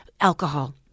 Alcohol